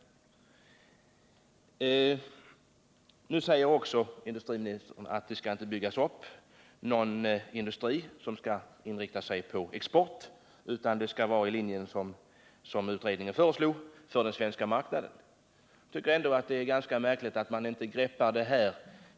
Industriministern sade också att avsikten inte är att bygga upp en industri som skall inrikta sig på export, utan att man skall följa den linje som utredningen föreslagit och i första hand tillgodose den svenska marknaden. Jag tycker ändå att det är ganska märkligt att man inte förmår greppa det här.